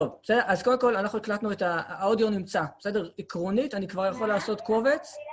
טוב, בסדר, אז קודם כל אנחנו הקלטנו את ה... האודיו נמצא, בסדר? עקרונית, אני כבר יכול לעשות קובץ.